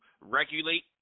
regulate